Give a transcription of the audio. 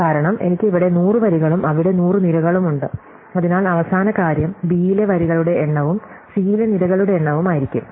കാരണം എനിക്ക് ഇവിടെ 100 വരികളും അവിടെ 100 നിരകളുമുണ്ട് അതിനാൽ അവസാന കാര്യം ബിയിലെ വരികളുടെ എണ്ണവും സിയിലെ നിരകളുടെ എണ്ണവും ആയിരിക്കും